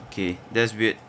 okay that's weird